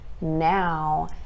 now